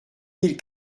mille